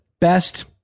Best